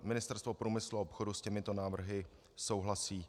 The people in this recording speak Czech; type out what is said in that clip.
Ministerstvo průmyslu a obchodu s těmito návrhy souhlasí.